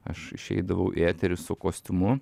aš išeidavau į eterį su kostiumu